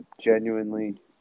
genuinely